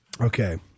Okay